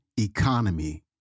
economy